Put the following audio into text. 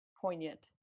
poignant